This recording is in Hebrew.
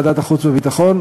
ועדת החוץ והביטחון,